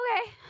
okay